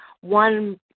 one